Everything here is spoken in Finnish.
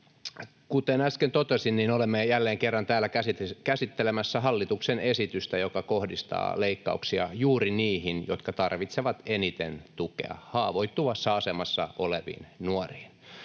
kuten äsken totesin, olemme jälleen kerran täällä käsittelemässä hallituksen esitystä, joka kohdistaa leikkauksia juuri niihin, jotka tarvitsevat eniten tukea: haavoittuvassa asemassa oleviin nuoriin.